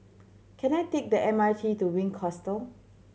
can I take the M R T to Wink Hostel